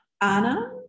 anna